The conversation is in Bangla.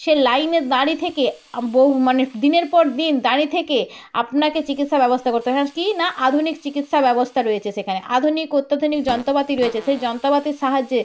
সে লাইনে দাঁড়িয়ে থেকে বহু মানে দিনের পর দিন দাঁড়িয়ে থেকে আপনাকে চিকিৎসা ব্যবস্থা করতে হয় আর কি না আধুনিক চিকিৎসা ব্যবস্থা রয়েছে সেখানে আধুনিক অত্যাধুনিক যন্ত্রপাতি রয়েছে সেই যন্ত্রপাতির সাহায্যে